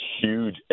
huge